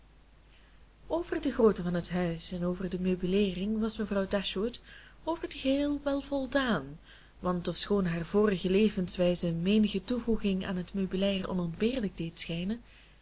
over de grootte van het huis en over de meubileering was mevrouw dashwood over t geheel wel voldaan want ofschoon haar vorige levenswijze menige toevoeging aan het meubilair onontbeerlijk deed schijnen